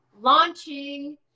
launching